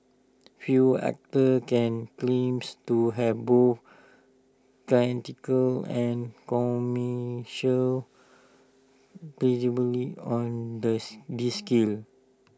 few actors can claims to have both critical and commercial credibility on thus this scale